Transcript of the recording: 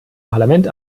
parlament